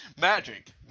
magic